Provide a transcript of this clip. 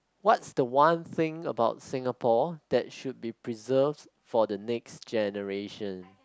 what's the one thing about Singapore that should be preserved for the next generation